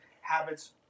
habits